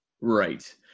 Right